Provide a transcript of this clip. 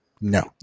No